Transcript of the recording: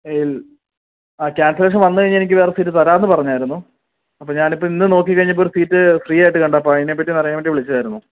ആ ക്യാൻസലേഷൻ വന്ന് കഴിഞ്ഞാൽ എനിക്ക് വേറെ സീറ്റ് തരാമെന്ന് പറഞ്ഞായിരുന്നു അപ്പോൾ ഞാനിപ്പോൾ ഇന്ന് നോക്കിക്കഴിഞ്ഞപ്പോൾ ഒരു സീറ്റ് ഫ്രീ ആയിട്ട് കണ്ടപ്പം അതിനെ പറ്റി അറിയാൻ വേണ്ടി വിളിച്ചായിരുന്നു